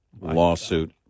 Lawsuit